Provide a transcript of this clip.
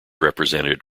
represented